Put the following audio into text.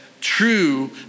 true